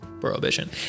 prohibition